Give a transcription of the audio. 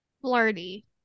flirty